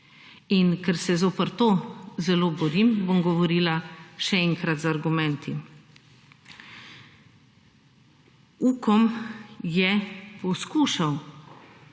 In ker se zoper to zelo borim, bom govorila še enkrat z argumenti. Ukom je poskušal